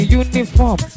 uniform